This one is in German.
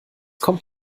kommt